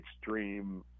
extreme